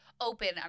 open